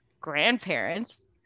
grandparents